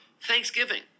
Thanksgiving